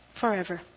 forever